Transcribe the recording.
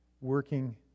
working